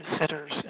sitters